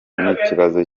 n’ikibazo